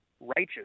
righteous